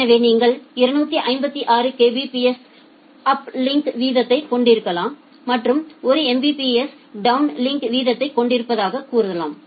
எனவே நீங்கள் 256 Kbps uplink வீதத்தைக் கொண்டிருக்கலாம் மற்றும் 1 Mbps டவுன்லிங்க் வீதத்தைக் கொண்டிருப்பதாக கூறலாம்